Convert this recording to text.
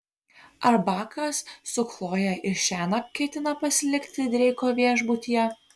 ar bakas su chloje ir šiąnakt ketina pasilikti dreiko viešbutyje